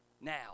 Now